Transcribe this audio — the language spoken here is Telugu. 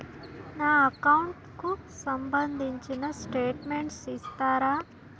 నా అకౌంట్ కు సంబంధించిన స్టేట్మెంట్స్ ఇస్తారా